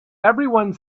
everyone